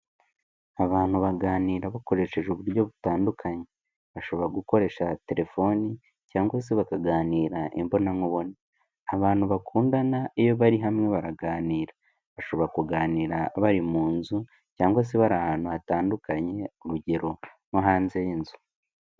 Abantu baganira bakoresheje uburyo butandukanye, bashobora gukoresha telefoni cyangwa se bakaganira imbonankubone. Abantu bakundana iyo bari hamwe baraganira, bashobora kuganira bari mu nzu cyangwa se bari ahantu hatandukanye, urugero nko hanze y'inzu.